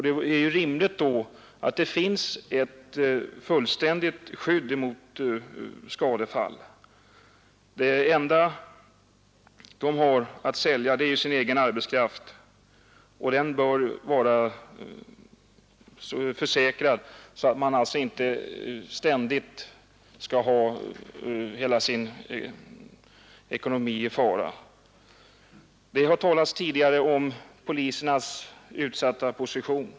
Det är ju då rimligt att det finns ett fullständigt skydd mot skadefall. Det enda de har att sälja är ju sin egen arbetskraft, och den bör vara försäkrad så att man alltså inte ständigt skall ha hela sin ekonomi i fara. Det har talats tidigare om polisernas utsatta position.